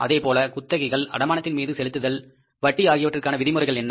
அதேபோல குத்தகைகள் அடமானத்தில் மீது செலுத்துதல் வட்டி ஆகியவற்றுக்கான விதிமுறைகள் என்ன